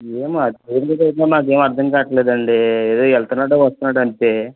ఏమో అద్ ఎందుకు అవుతుందో నాకేం అర్ధం కాట్లేదండి ఏదో వెళ్తున్నాడు వస్తున్నాడు అంతే